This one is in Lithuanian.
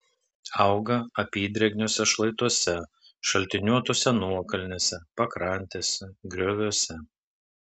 auga apydrėgniuose šlaituose šaltiniuotose nuokalnėse pakrantėse grioviuose